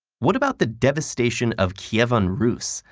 what about the devastation of kievan rus,